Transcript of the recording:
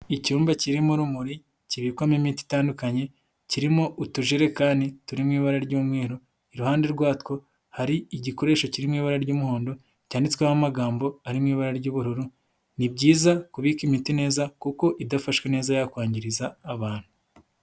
Icyumba kirimo urumuri kibikwamo imiti itandukanye kirimo utujerekani turi mu ibara ry'umweru iruhande rwatwo, hari igikoresho kiririmo ibara ry'umuhondo cyanditsweho amagambo ari mu ibara ry'ubururu, ni byiza kubika imiti neza kuko idafashwe neza yakwangiriza abantu.